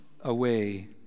away